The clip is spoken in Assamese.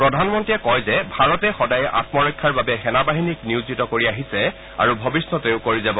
প্ৰধানমন্ত্ৰীয়ে কয় যে ভাৰতে সদায়েই আমৰক্ষাৰ বাবে সেনাবাহিনীক নিয়োজিত কৰি আহিছে আৰু ভৱিষ্যতেও কৰি যাব